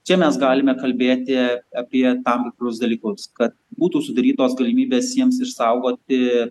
čia mes galime kalbėti apie tam tikrus dalykus kad būtų sudarytos galimybės jiems išsaugoti